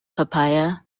papaya